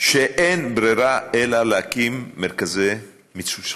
שאין ברירה אלא להקים מרכזי מיצוי זכויות.